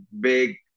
big